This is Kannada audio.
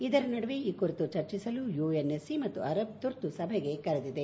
ಇದರ ನಡುವೆ ಈ ಕುರಿತು ಚರ್ಚಿಸಲು ಯುಎನ್ಎಸ್ಸಿ ಮತ್ತು ಅರಬ್ ತುರ್ತು ಸಭೆಗೆ ಕರೆದಿದೆ